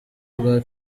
rwa